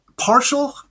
Partial